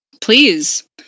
please